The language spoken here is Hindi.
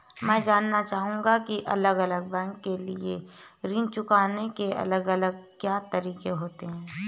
मैं जानना चाहूंगा की अलग अलग बैंक के ऋण चुकाने के अलग अलग क्या तरीके होते हैं?